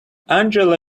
angela